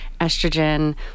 estrogen